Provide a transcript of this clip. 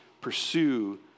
pursue